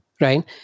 Right